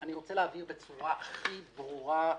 אני רוצה להבהיר בצורה הכי ברורה שיש: